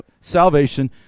salvation